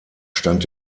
stand